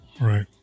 right